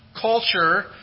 culture